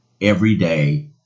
everyday